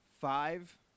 five